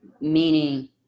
meaning